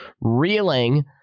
Reeling